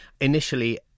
Initially